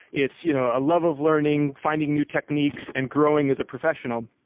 it's you know a love of learning, finding new techniques and growing as a professional.